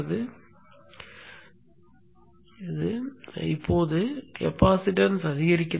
நேரம் பார்க்கவும் 2449 இப்போது கெப்பாசிட்டன்ஸ் அதிகரிக்கிறது